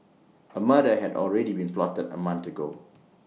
A murder had already been plotted A month ago